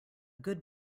good